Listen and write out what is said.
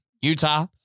Utah